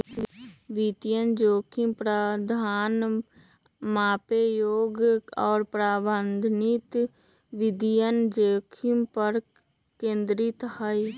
वित्तीय जोखिम प्रबंधन मापे योग्य और प्रबंधनीय वित्तीय जोखिम पर केंद्रित हई